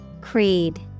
Creed